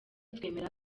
twemera